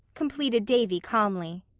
completed davy calmly.